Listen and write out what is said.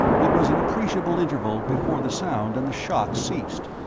it was an appreciable interval before the sound and the shock ceased.